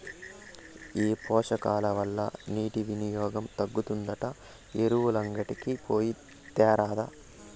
ఈ పోషకాల వల్ల నీటి వినియోగం తగ్గుతాదంట ఎరువులంగడికి పోయి తేరాదా